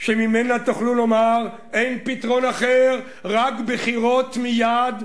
שממנה תוכלו לומר: אין פתרון אחר, רק בחירות מייד.